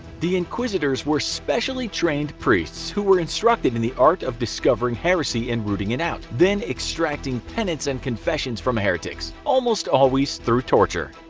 the inquisitors were specially trained priests who were instructed in the art of discovering heresy and rooting it out, then extracting penance and confessions from heretics, almost always through torture.